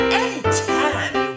anytime